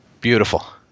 Beautiful